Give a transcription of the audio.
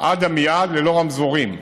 עד עמיעד ללא רמזורים.